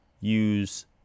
use